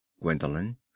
Gwendolen